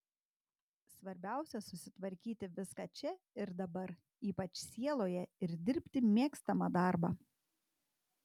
svarbiausia susitvarkyti viską čia ir dabar ypač sieloje ir dirbti mėgstamą darbą